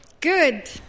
Good